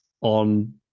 on